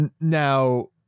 Now